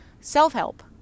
self-help